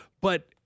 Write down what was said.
But-